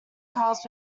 cars